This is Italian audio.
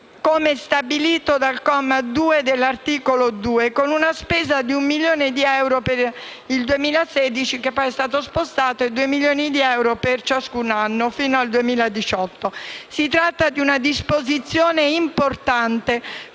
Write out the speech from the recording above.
come stabilito dal comma 2 dell'articolo 2, con una spesa di 1 milione di euro per il 2016 (che poi è stato spostato) e di 2 milioni di euro per ciascun anno, fino al 2018. Si tratta di una disposizione importante,